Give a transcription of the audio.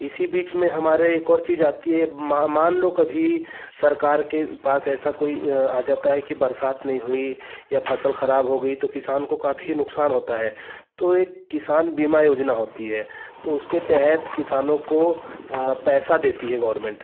इसी बीच में हमारे एक और चीज आती है ये मान लो कभी सरकार के पास ऐसा कोई आ जाता है की बरसात नहीं हुई या फसल खराब हो गई तो किसान को काफी नुकसान होता है तो एक किसान बीमा योजना होती है तो उसके तहत किसानों को पैसा देती है गवरमेंट